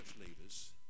leaders